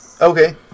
Okay